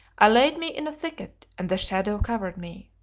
i laid me in a thicket, and the shadow covered me.